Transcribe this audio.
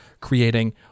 creating